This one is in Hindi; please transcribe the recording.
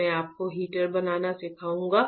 मैं आपको हीटर बनाना सिखाऊंगा